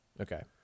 Okay